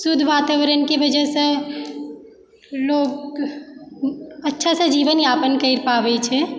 शुद्ध वातावरणके वजहसँ लोग अच्छासँ जीवनयापन करि पाबैत छै